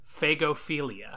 phagophilia